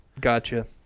Gotcha